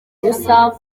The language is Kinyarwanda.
ubusa